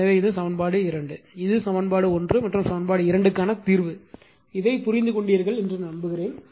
எனவே இது சமன்பாடு 2 இது சமன்பாடு 1 மற்றும் சமன்பாடு 2 க்கான தீர்வு இதை புரிந்து கொண்டீர்கள் என்று நம்புகிறேன்